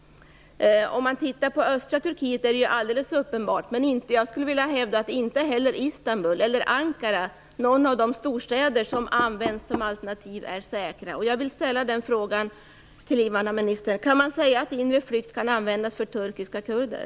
Vid en titt på östra Turkiet är det alldeles uppenbart. Men jag skulle vilja hävda att inte heller Istanbul, Ankara eller någon av de storstäder som används som alternativ är säkra. Kan man säga att inre flyktalternativet kan användas för turkiska kurder?